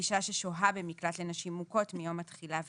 אישה ששוהה במקלט לנשים מוכות מיום התחילה ואילך.